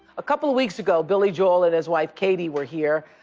a couple weeks ago, billy joel and his wife katie were here.